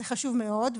וזה חשוב מאוד,